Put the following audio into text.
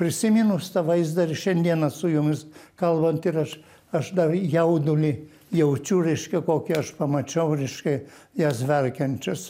prisiminus tą vaizdą ir šiandieną su jumis kalbant ir aš aš dar jaudulį jaučiu reiškia kokį aš pamačiau reiškia jas verkiančias